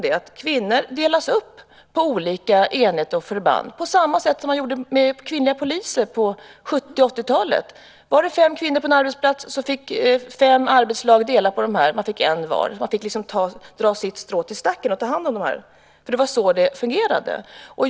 Jag har hört att kvinnor delas upp i olika enheter och förband, på samma sätt som man gjorde med kvinnliga poliser på 70 och 80-talen. Var det fem kvinnor på en arbetsplats, fick fem arbetslag en kvinna var. Man fick liksom dra sitt strå till stacken och ta hand om dem. Det var så det fungerade.